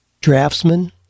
draftsman